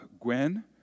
Gwen